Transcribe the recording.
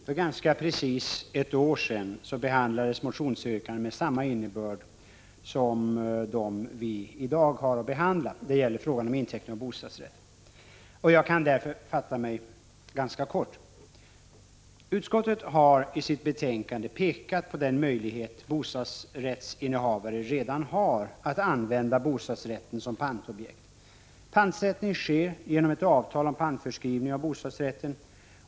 Fru talman! För ganska precis ett år sedan behandlades motionsyrkanden med samma innebörd som dem vi i dag har att behandla. Det gäller frågan om inteckning av bostadsrätt. Jag kan därför fatta mig ganska kort. Utskottet har i sitt betänkande pekat på den möjlighet bostadsrättsinnehavare redan har att använda bostadsrätten som pantobjekt. Pantsättning sker genom ett avtal om pantförskrivning av bostadsrätten.